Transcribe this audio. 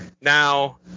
now